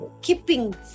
keeping